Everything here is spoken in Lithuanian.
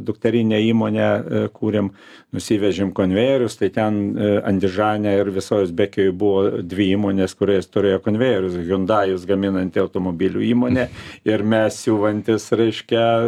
dukterinę įmonę kūrėm nusivežėm konvejerius tai ten andižaneir visoj uzbekijoj buvo dvi įmonės kurios turėjo konvejerius hundajus gaminanti automobilių įmonė ir mes siuvantys reiškia